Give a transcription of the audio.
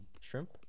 Shrimp